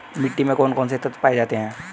मिट्टी में कौन कौन से तत्व पाए जाते हैं?